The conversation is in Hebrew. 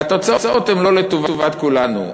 והתוצאות הן לא לטובת כולנו.